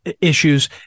issues